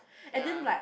ya